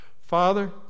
Father